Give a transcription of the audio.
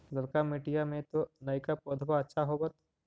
ललका मिटीया मे तो नयका पौधबा अच्छा होबत?